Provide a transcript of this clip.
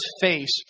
face